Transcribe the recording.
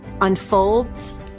unfolds